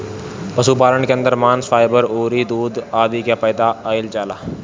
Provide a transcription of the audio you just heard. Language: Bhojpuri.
पशुपालन के अंदर मांस, फाइबर अउरी दूध आदि के पैदा कईल जाला